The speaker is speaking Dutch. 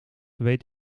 weet